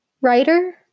Writer